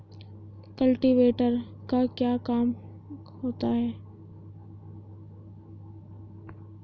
Cultivator का क्या काम होता है?